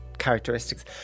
characteristics